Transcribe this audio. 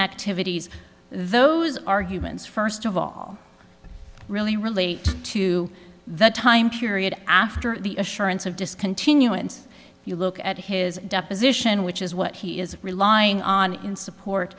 activities those arguments first of all really relate to that time period after the assurance of discontinuance if you look at his deposition which is what he is relying on in support